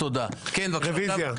הצבעה בעד ההצעה 5 נגד,